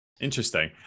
Interesting